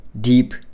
deep